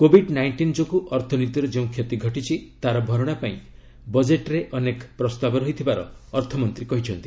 covid nineteen ଯୋଗୁଁ ଅର୍ଥନୀତିର ଯେଉଁ କ୍ଷତି ଘଟିଛି ତା'ର ଭରଣା ପାଇଁ ବଜେଟରେ ଅନେକ ପ୍ରସ୍ତାବ ରହିଥିବାର ଅର୍ଥମନ୍ତ୍ରୀ କହିଛନ୍ତି